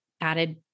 added